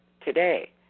today